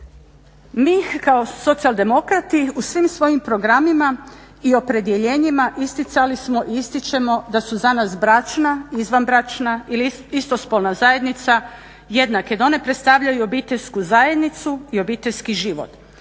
Mi kao socijaldemokrati u svim svojim programima isticali smo i ističemo da su za nas bračna, izvanbračna ili istospolna zajednica jednake, da one predstavljaju obiteljsku zajednicu i obiteljski život.